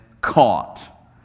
caught